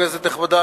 כנסת נכבדה,